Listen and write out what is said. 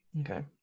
Okay